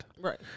Right